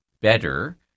better